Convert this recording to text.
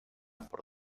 por